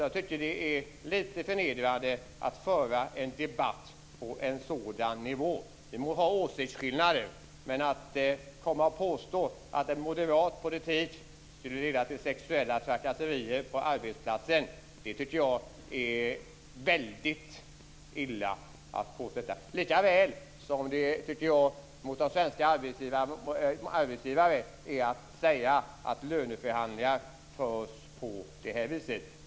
Jag tycker att det är lite förnedrande att föra en debatt på en sådan nivå. Vi må ha åsiktsskillnader, men att komma och påstå att en moderat politik leder till sexuella trakasserier på arbetsplatser tycker jag är väldigt illa. Det är också väldigt illa mot de svenska arbetsgivarna att säga att löneförhandlingar förs på det här viset.